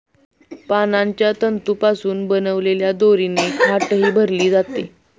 पानांच्या तंतूंपासून बनवलेल्या दोरीने खाटही भरली जाते